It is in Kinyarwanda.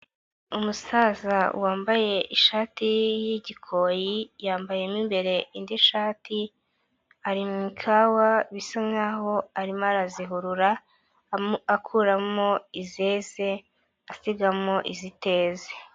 Umusaza wambaye ishati y'igikoyi yambayemo imbere indi shati ari mu ikawa bisa nkaho arimo arazihurura akuramo izeze asigamo iziteze.